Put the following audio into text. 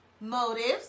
motives